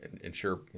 ensure